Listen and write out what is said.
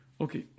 Okay